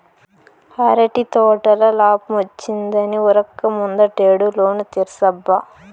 అరటి తోటల లాబ్మొచ్చిందని ఉరక్క ముందటేడు లోను తీర్సబ్బా